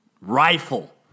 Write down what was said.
Rifle